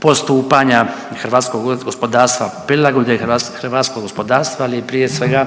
postupanja hrvatskog gospodarstva, prilagodbe hrvatskog gospodarstva, ali prije svega,